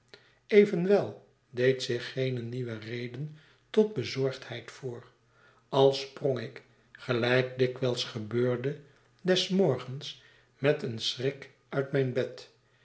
evenwel deed zich geene nieuwe reden tot bezorgdheid voor al sprong ik gelijk dikwijls gebeurde des morgens met een schrik uit mijn bed